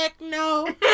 no